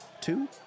Two